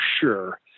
sure